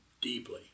deeply